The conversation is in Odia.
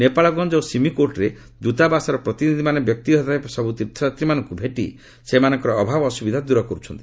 ନେପାଳଗଞ୍ଜ ଓ ସୀମିକୋଟ୍ରେ ଦୂତାବାସର ପ୍ରତିନିଧିମାନେ ବ୍ୟକ୍ତିଗତ ଭାବେ ସବୁ ତୀର୍ଥ ଯାତ୍ରୀମାନଙ୍କୁ ଭେଟି ସେମାନଙ୍କର ଅଭାବ ଅସୁବିଧା ଦୂର କରୁଛନ୍ତି